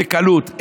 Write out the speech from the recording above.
בקלות,